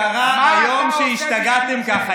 מה קרה היום שהשתגעתם ככה?